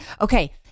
okay